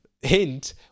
hint